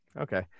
Okay